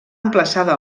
emplaçada